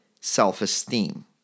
self-esteem